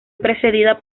precedida